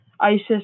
ISIS